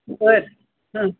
बर